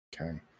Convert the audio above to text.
Okay